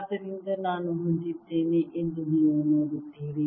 ಆದ್ದರಿಂದ ನಾನು ಹೊಂದಿದ್ದೇನೆ ಎಂದು ನೀವು ನೋಡುತ್ತೀರಿ